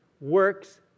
works